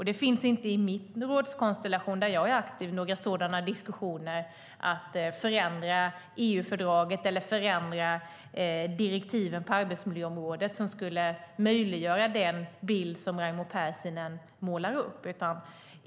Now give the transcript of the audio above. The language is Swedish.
Det finns inte i min rådskonstellation, där jag är aktiv, några diskussioner om att förändra EU-fördraget eller förändra direktiven på arbetsmiljöområdet, som skulle möjliggöra den bild som Raimo Pärssinen målar upp.